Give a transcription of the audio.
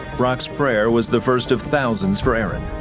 brock's prayer was the first of thousands for aaron.